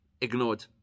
ignored